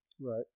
Right